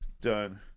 done